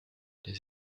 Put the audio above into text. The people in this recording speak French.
les